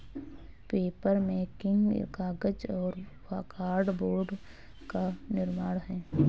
papermaking कागज और cardboard का निर्माण है